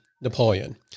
Napoleon